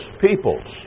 peoples